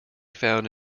found